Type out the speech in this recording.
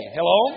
Hello